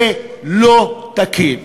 זה לא תקין.